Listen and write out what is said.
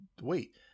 wait